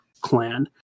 clan